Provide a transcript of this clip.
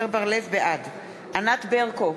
בעד ענת ברקו,